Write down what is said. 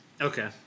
okay